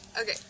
Okay